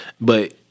but-